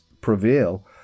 prevail